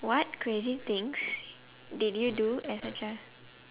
what crazy things did you do as a child